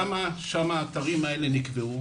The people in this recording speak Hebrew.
למה נקבעו האתרים האלה?